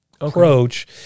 approach